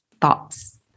thoughts